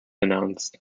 announced